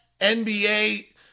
NBA